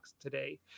today